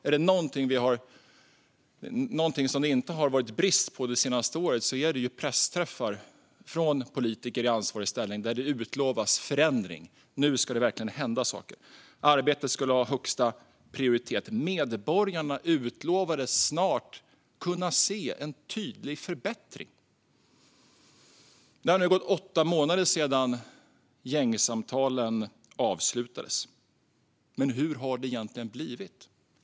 Är det något som det inte har varit brist på det senaste året är det pressträffar med politiker i ansvarig ställning där det utlovas förändring. Nu skulle det verkligen hända saker. Arbetet skulle ha högsta prioritet. Medborgarna utlovades att snart kunna se en tydlig förbättring. Det har nu gått åtta månader sedan gängsamtalen avslutades. Men hur har det egentligen blivit?